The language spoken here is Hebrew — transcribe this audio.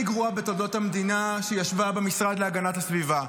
גרועה בתולדות המדינה שישבה במשרד להגנת הסביבה.